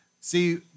See